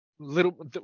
little